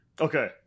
Okay